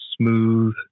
smooth